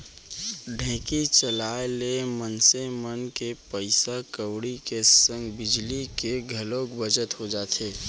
ढेंकी चलाए ले मनसे मन के पइसा कउड़ी के संग बिजली के घलौ बचत हो जाथे